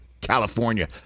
California